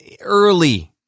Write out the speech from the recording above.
early